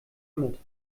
mit